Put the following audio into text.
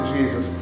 Jesus